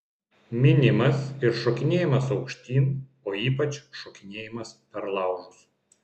minimas ir šokinėjimas aukštyn o ypač šokinėjimas per laužus